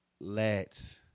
let